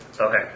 Okay